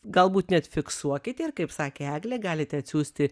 galbūt net fiksuokite ir kaip sakė eglė galite atsiųsti